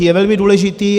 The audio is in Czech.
Je velmi důležitý.